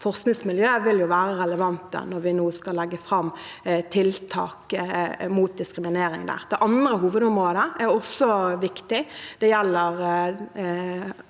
forskningsmiljøer, vil være relevante når vi skal legge fram tiltak mot diskriminering. Det andre hovedområdet er også viktig.